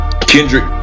Kendrick